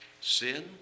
Sin